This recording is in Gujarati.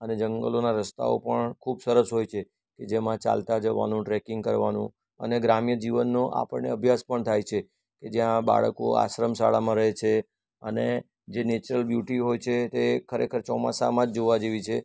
અને જંગલોના રસ્તાઓ પણ ખૂબ સરસ હોય છે કે જેમાં ચાલતા જવાનું ટ્રેકિંગ કરવાનું અને ગ્રામ્ય જીવનનો આપણને અભ્યાસ પણ થાય છે કે જ્યાં બાળકો આશ્રમ શાળામાં રહે છે અને જે નેચરલ બ્યુટી હોય છે તે ખરેખર ચોમાસામાં જ જોવા જેવી છે